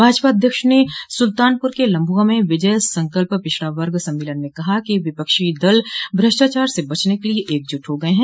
भाजपा अध्यक्ष ने सल्तानपुर के लम्भुआ में विजय संकल्प पिछड़ा वर्ग सम्मेलन में कहा कि विपक्षी दल भ्रष्टाचार से बचने के लिये एकजुट हो गये हैं